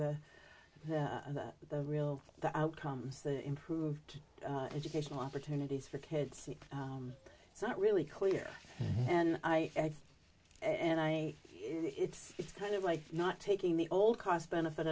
re the the real the outcomes the improved educational opportunities for kids it's not really clear and i and i it's kind of like not taking the old cost benefit